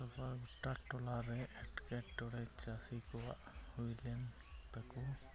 ᱪᱟᱥ ᱟᱵᱟᱫᱽ ᱜᱚᱴᱟ ᱴᱚᱞᱟᱨᱮ ᱮᱴᱠᱮᱴᱚᱬᱮ ᱪᱟᱥᱤ ᱠᱚᱣᱟᱜ ᱦᱩᱭᱞᱮᱱ ᱛᱟᱠᱚ